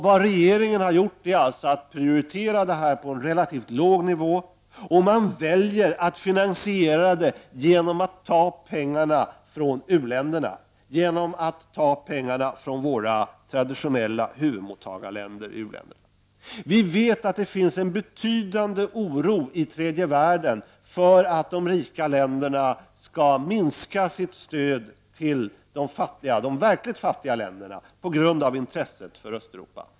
Vad regeringen har gjort är att placera stödet till Östeuropa på en relativt låg nivå och att finansera det genom att ta pengarna från u-länderna, från våra traditionella huvudmottagarländer. Vi vet att det finns en betydande oro i tredje världen för att de rika länderna skall minska sitt stöd till de verkligt fattiga länderna på grund av intresset för Östeuropa.